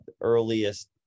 earliest